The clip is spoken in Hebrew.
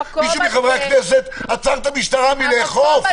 מישהו מחברי הכנסת עצר את המשטרה מלאכוף?